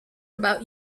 about